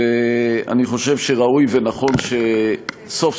ואני חושב שראוי ונכון שסוף-סוף,